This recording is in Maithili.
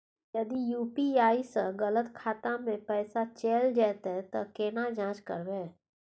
यदि यु.पी.आई स गलत खाता मे पैसा चैल जेतै त केना जाँच करबे?